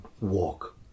walk